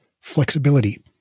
Flexibility